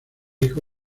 hijo